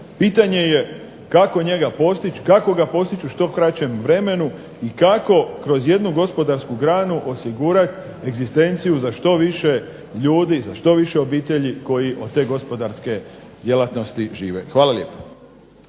pitanje je kako njega postići, kako ga postići u što kraćem vremenu i kako kroz jednu gospodarsku granu osigurati egzistenciju za što više ljudi, za što više obitelji koji od te gospodarske djelatnosti žive. Hvala lijepo.